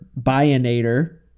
bionator